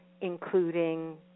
including